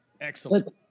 Excellent